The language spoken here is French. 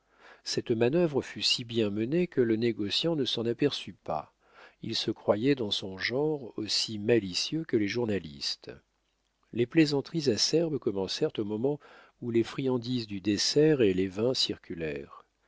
cette manœuvre fut si bien menée que le négociant ne s'en aperçut pas il se croyait dans son genre aussi malicieux que les journalistes les plaisanteries acerbes commencèrent au moment où les friandises du dessert et les vins circulèrent